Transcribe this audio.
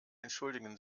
entschuldigen